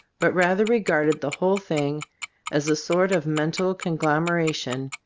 but rather regarded the whole thing as a sort of mental conglomeration,